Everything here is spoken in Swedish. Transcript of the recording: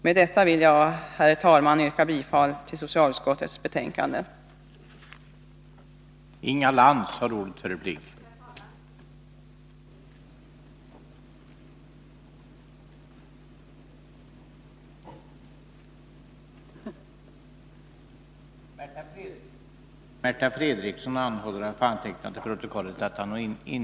Med detta vill jag, herr talman, yrka bifall till socialutskottets hemställan i betänkandet.